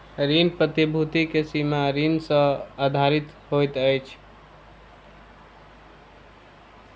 ऋण प्रतिभूति के सीमा ऋण सॅ आधारित होइत अछि